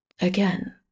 Again